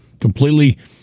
completely